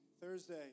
Thursday